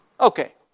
Okay